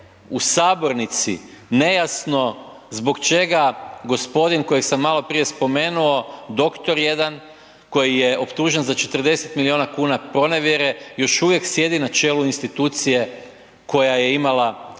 u sabornici nejasno zbog čega gospodin kojeg sam maloprije spomenuo doktor jedan koji je optužen za 40 milijuna kuna pronevjere još uvijek sjedi na čelu institucije koja je imala znači